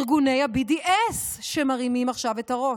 ארגוני ה-BDS, שמרימים עכשיו את הראש.